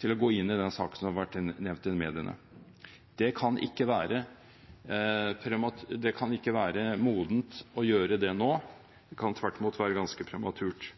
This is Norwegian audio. til å gå inn i den saken som har vært nevnt i mediene. Det kan ikke være modent å gjøre det nå; det kan tvert imot være ganske prematurt.